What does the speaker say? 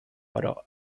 però